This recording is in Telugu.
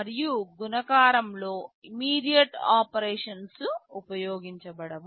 మరియు గుణకారంలో ఇమీడియట్ ఆపరేషన్స్ ఉపయోగించబడవు